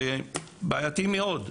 זה בעייתי מאוד?